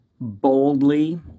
boldly